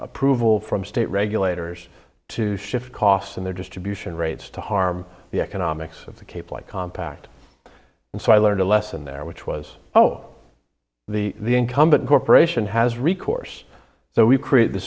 approval from state regulators to shift costs and their distribution rates to harm the economics of the cape like compact and so i learned a lesson there which was oh the the incumbent corporation has recourse so we create the